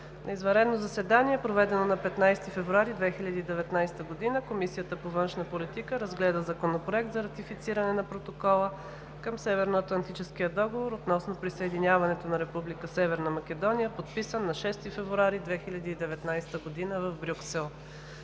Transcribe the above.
На извънредно заседание, проведено на 15 февруари 2019 г., Комисията по външна политика разгледа Законопроекта за ратифициране на Протоколa към Северноатлантическия договор относно присъединяването на Република Северна Македония, подписан на 6 февруари 2019 г. в Брюксел.